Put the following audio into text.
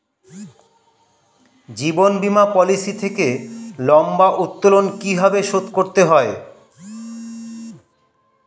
জীবন বীমা পলিসি থেকে লম্বা উত্তোলন কিভাবে শোধ করতে হয়?